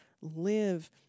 live